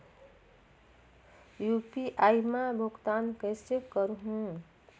UPI मा भुगतान कइसे करहूं?